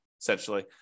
essentially